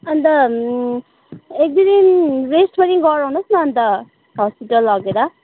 अन्त एक दुई दिन रेस्ट पनि गराउनु होस् न अन्त हस्पिटल लगेर